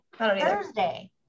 Thursday